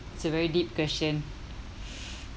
it's a very deep question